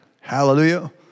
Hallelujah